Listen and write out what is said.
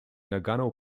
nagano